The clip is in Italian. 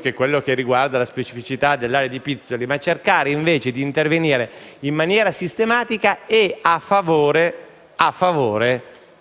che è quello che riguarda la specificità dell'area di Pizzoli), ma di intervenire in maniera sistematica a favore